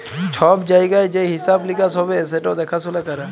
ছব জায়গায় যে হিঁসাব লিকাস হ্যবে সেট দ্যাখাসুলা ক্যরা